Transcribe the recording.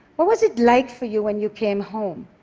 what was it like for you when you came home?